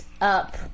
up